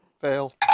Fail